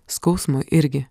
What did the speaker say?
skausmo irgi